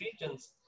regions